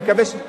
אני מקווה,